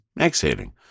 exhaling